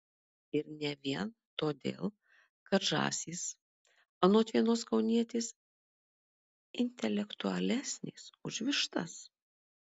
ir ne vien todėl kad žąsys anot vienos kaunietės intelektualesnės už vištas